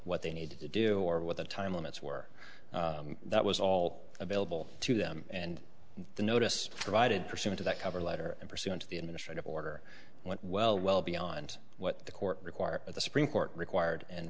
what they need to do or what the time limits were that was all available to them and the notice provided pursuant to that cover letter and pursuant to the administrative order went well beyond what the court required of the supreme court required and